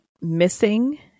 missing